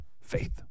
Faith